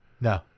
No